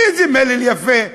איזה מלל יפה.